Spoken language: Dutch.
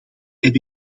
heb